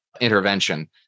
intervention